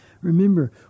Remember